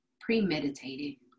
premeditated